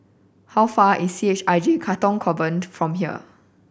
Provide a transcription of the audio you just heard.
how far away is C H I J Katong Convent from here